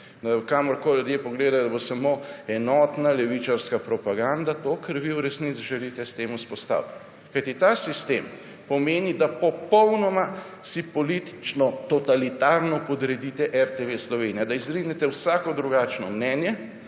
dan. Kamorkoli ljudje pogledajo, bo samo enotna levičarska propaganda, to, kar vi v resnici želite s tem vzpostaviti. Kajti ta sistem pomeni, da si popolnoma politično totalitarno podredite RTV Slovenija, da izrinete vsako drugačno mnenje,